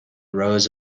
rows